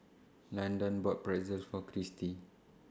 Landan bought Pretzel For Christi